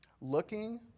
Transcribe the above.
Looking